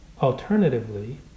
alternatively